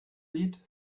lied